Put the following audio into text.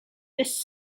this